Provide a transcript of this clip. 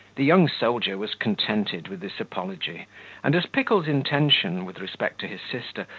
the young soldier was contented with this apology and, as pickle's intention, with respect to his sister,